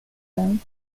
dance